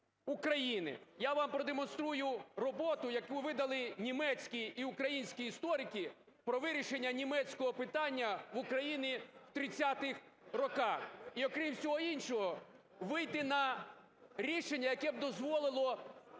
України. Я вам продемонструю роботу, яку видали німецький і український історики, про вирішення німецького питання в Україні в 30-х роках. І, окрім всього іншого, вийти на рішення, яке б дозволило